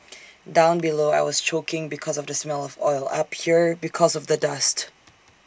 down below I was choking because of the smell of oil up here because of the dust